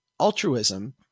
altruism